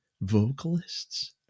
vocalists